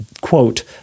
quote